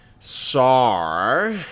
SAR